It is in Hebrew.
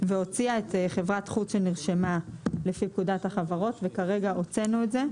והוציאה את חברת חוץ שנרשמה לפי פקודת החברות וכרגע הוצאנו את זה,